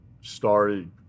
started